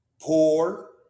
poor